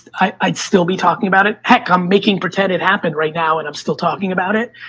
i'd still be talking about it, heck, i'm making pretend it happened right now and i'm still talking about it.